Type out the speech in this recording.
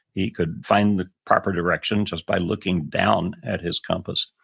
he could find the proper direction just by looking down at his compass,